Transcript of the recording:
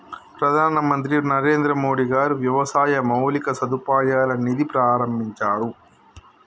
ప్రధాన మంత్రి నరేంద్రమోడీ గారు వ్యవసాయ మౌలిక సదుపాయాల నిధి ప్రాభించారు